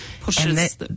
pushes